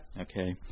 okay